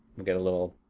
we get a little